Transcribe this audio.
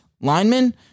linemen